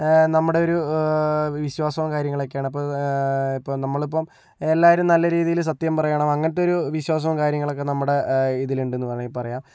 നമ്മുടെ ഒരു വിശ്വാസവും കാര്യങ്ങളെക്കെയാണ് അപ്പോൾ ഇപ്പോൾ നമ്മളിപ്പോൾ എല്ലാവരും നല്ല രീതിയിൽ സത്യം പറയണം അങ്ങനത്തെ ഒരു വിശ്വാസവും കാര്യങ്ങളൊക്കെ നമ്മുടെ ഇതില് ഉണ്ടെന്ന് വേണമെങ്കിൽ പറയാം